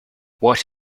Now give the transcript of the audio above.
what